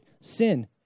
sin